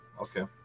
Okay